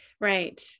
right